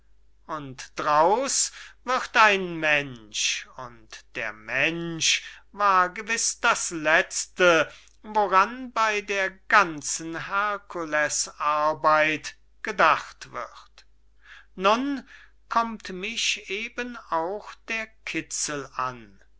und draus wird ein mensch und der mensch war gewiß das letzte woran bey der ganzen herkules arbeit gedacht wird nun kommt mich eben auch der kitzel an